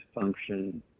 function